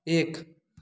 एक